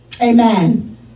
Amen